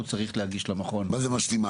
הוא צריך להגיש למכון --- מה זה משלימה?